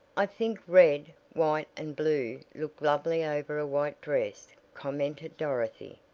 i think red, white and blue look lovely over a white dress, commented dorothy.